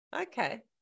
Okay